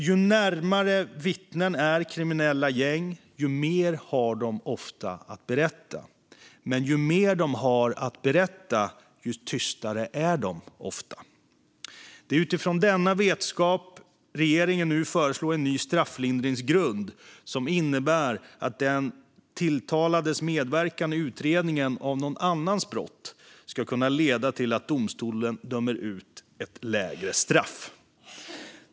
Ju närmare vittnen är kriminella gäng, desto mer har de ofta att berätta. Men ju mer de har att berätta, desto tystare är de ofta. Det är utifrån denna vetskap regeringen nu föreslår en ny strafflindringsgrund som innebär att den tilltalades medverkan i utredningen av någon annans brott ska kunna leda till att domstolen dömer ut ett lägre straff.